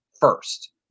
first